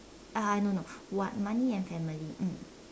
uh no no no what money and family mm